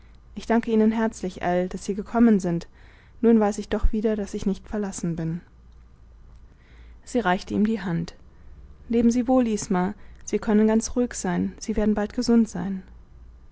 ich danke ihnen herzlich ell daß sie gekommen sind nun weiß ich doch wieder daß ich nicht verlassen bin sie reichte ihm die hand leben sie wohl isma sie können ganz ruhig sein sie werden bald gesund sein